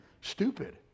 stupid